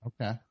Okay